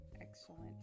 Excellent